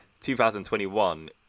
2021